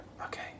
Okay